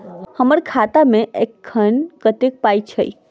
हम्मर खाता मे एखन कतेक पाई अछि?